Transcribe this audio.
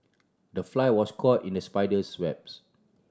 the fly was caught in the spider's webs